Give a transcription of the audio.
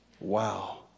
Wow